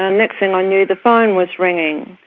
ah next thing i knew, the phone was ringing.